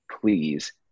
please